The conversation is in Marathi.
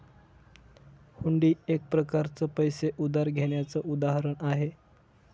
हुंडी एक प्रकारच पैसे उधार घेण्याचं उदाहरण आहे